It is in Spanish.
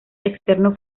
externos